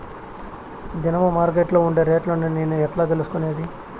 దినము మార్కెట్లో ఉండే రేట్లని నేను ఎట్లా తెలుసుకునేది?